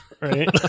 right